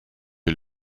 est